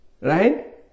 Right